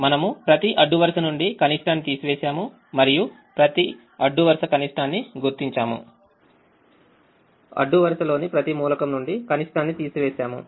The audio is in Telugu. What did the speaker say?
మనము ప్రతి అడ్డు వరుసనుండి కనిష్టాన్ని తీసివేసాము మరియు మనము అడ్డు వరుస కనిష్టాన్ని గుర్తించాము మరియుఅడ్డు వరుస లోని ప్రతి మూలకం నుండి కనిష్టాన్ని తీసివేసాము